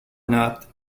not